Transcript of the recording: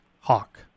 Hawk